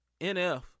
NF